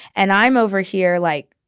and i'm over here, like,